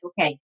okay